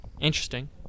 Interesting